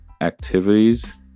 activities